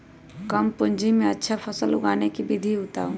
कम पूंजी में अच्छा फसल उगाबे के विधि बताउ?